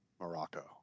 Morocco